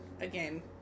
Again